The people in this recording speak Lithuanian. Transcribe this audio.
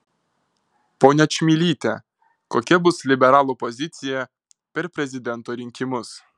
ponia čmilyte kokia bus liberalų pozicija per prezidento rinkimus